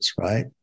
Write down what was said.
right